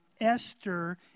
Esther